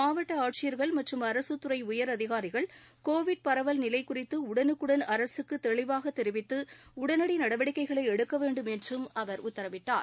மாவட்ட ஆட்சியர்கள் மற்றும் அரகத்துறை உயரதிகாரிகள் கோவிட் பரவல் நிலை குறித்து உடனுக்குடன் அரகக்கு தெளிவாக தெரிவித்து உடனடி நடவடிக்கைகளை எடுக்க வேண்டும் என்றும் அவர் உத்தரவிட்டார்